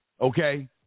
okay